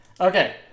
Okay